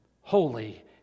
Holy